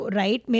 right